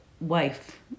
wife